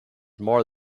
more